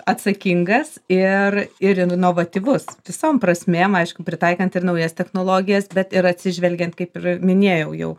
atsakingas ir ir inovatyvus visom prasmėm aišku pritaikant ir naujas technologijas bet ir atsižvelgiant kaip ir minėjau jau